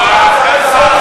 הוא שיקר.